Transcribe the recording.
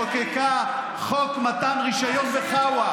הוא לא יודע שהכנסת חוקקה חוק מתן רישיון ב"חוואה".